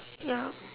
ya